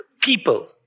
people